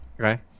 Okay